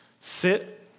Sit